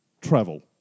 travel